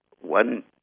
one